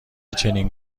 چنین